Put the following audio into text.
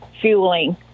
fueling